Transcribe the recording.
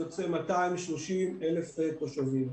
זה יוצא 230,000 תושבים.